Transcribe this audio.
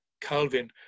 calvin